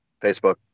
facebook